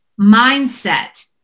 mindset